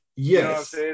yes